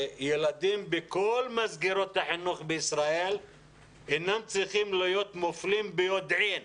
ילדים בכל מסגרות החינוך בישראל אינם צריכים להיות מופלים ביודעין,